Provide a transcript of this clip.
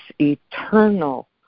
eternal